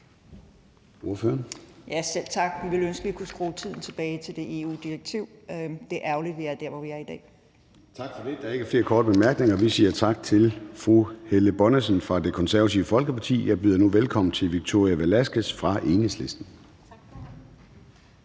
Tak for det. Der er ikke flere korte bemærkninger. Vi siger tak til fru Helle Bonnesen fra Det Konservative Folkeparti. Jeg byder nu velkommen til fru Victoria Velasquez fra Enhedslisten.